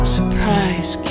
Surprise